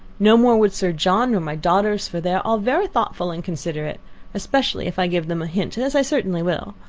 no more would sir john, nor my daughters, for they are all very thoughtful and considerate especially if i give them a hint, as i certainly will.